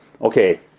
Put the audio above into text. okay